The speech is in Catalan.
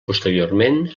posteriorment